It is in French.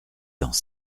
dans